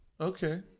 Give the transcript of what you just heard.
Okay